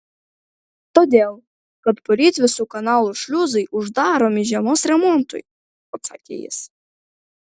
todėl kad poryt visų kanalų šliuzai uždaromi žiemos remontui atsakė jis